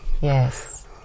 Yes